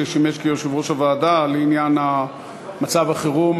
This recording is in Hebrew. ששימש יושב-ראש הוועדה לעניין מצב חירום,